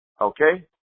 Okay